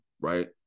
right